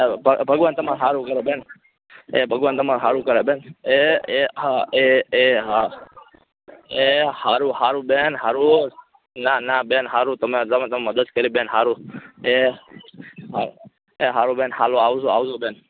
ચાલો ભગવાન તમારું હારું કરે બેન એ ભગવાન તમારું હારું કરે બેન એ એ હા એ હા એ હારું હારું બેન હારું નાના બેન હારું તમે મદદ કરી બેન હારું એ એ હારું બેન હાલો આવજો આવજો બેન